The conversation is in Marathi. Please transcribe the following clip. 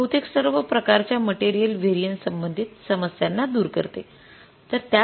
जी बहुतेक सर्व प्रकारच्या मटेरियल व्हेरिएन्सेस संबंधित समस्यांना दूर करते